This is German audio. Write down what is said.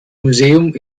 museum